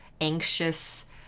anxious